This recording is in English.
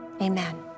Amen